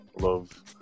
love